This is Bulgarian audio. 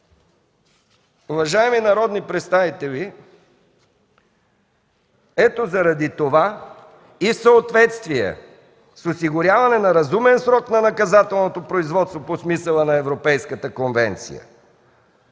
Уважаеми народни представители, ето заради това и в съответствие с осигуряване на разумен срок на наказателното производство по смисъла на Европейската конвенция